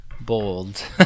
bold